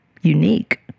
unique